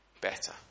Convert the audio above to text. better